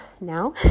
now